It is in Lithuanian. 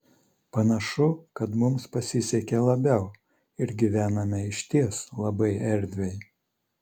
panašu kad mums pasisekė labiau ir gyvename išties labai erdviai